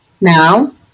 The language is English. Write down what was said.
now